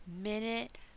minute